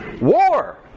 War